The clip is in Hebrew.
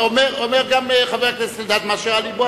אומר גם חבר הכנסת אלדד מה שעל לבו,